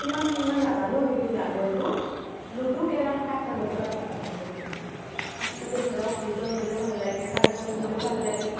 সিমান সিমান নাজানো সেইটো মাৰ্বলটো লুডু কেৰম সাপ আৰু জখলাটো ধুনীয়াকৈ জানো সাপটোতো ধৰক দুইজন হ'লেও ভাল লাগে চাৰিজন হ'লেও ভাল লাগে